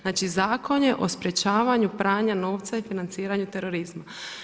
Znači Zakon je o sprečavanju pranja novca i financiranju terorizma.